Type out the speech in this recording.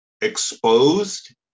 exposed